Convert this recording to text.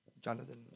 Jonathan